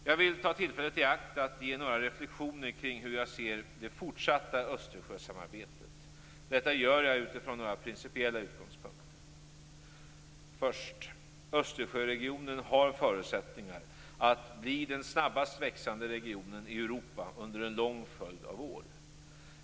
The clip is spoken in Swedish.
Jag vill ta tillfället i akt att ge några reflexioner kring hur jag ser det fortsatta Östersjösamarbetet. Detta gör jag utifrån några principiella utgångspunkter. Först: Östersjöregionen har förutsättningar att bli den snabbast växande regionen i Europa under en lång följd av år.